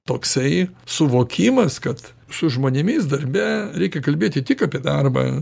toksai suvokimas kad su žmonėmis darbe reikia kalbėti tik apie darbą